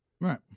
Right